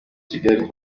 kigali